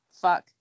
fuck